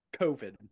COVID